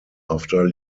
after